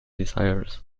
desires